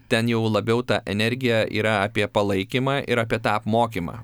ten jau labiau ta energija yra apie palaikymą ir apie tą apmokymą